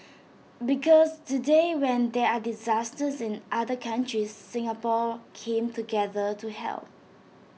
because today when there are disasters in other countries Singapore came together to help